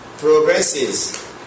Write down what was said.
progresses